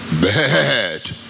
bad